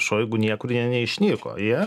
šoigu niekur jie neišnyko jie